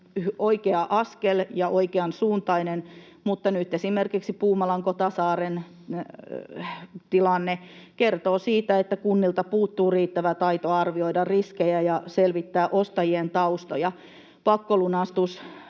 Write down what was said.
oikea askel ja oikeansuuntainen, mutta nyt esimerkiksi Puumalan Kotasaaren tilanne kertoo siitä, että kunnilta puuttuu riittävä taito arvioida riskejä ja selvittää ostajien taustoja. Pakkolunastus